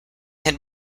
had